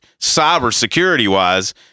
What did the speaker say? cybersecurity-wise